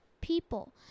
people